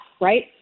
right